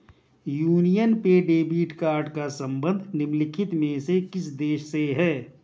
Union pay debit card का संबंध निम्नलिखित में से किस देश से है?